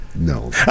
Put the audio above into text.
no